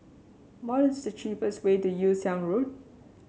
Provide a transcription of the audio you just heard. what is the cheapest way to Yew Siang Road